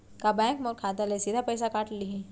का बैंक मोर खाता ले सीधा पइसा काट लिही?